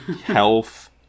health